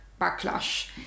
backlash